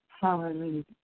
Hallelujah